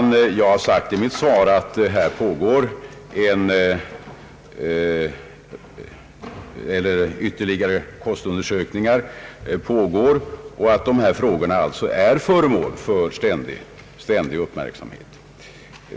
Jag har, herr talman, i svaret sagt att ytterligare kostundersökningar pågår. Dessa frågor är alltså föremål för uppmärksamhet.